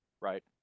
right